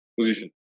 position